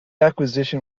acquisition